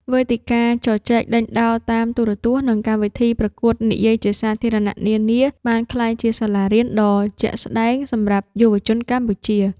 វេទិកាជជែកដេញដោលតាមទូរទស្សន៍ និងកម្មវិធីប្រកួតនិយាយជាសាធារណៈនានា បានក្លាយជាសាលារៀនដ៏ជាក់ស្ដែងសម្រាប់យុវជនកម្ពុជា។